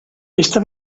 esta